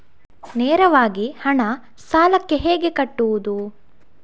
ನೇರವಾಗಿ ಹಣ ಸಾಲಕ್ಕೆ ಹೇಗೆ ಕಟ್ಟುವುದು?